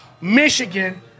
Michigan